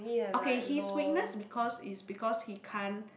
okay his weakness because is because he can't